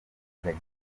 rugagi